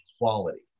quality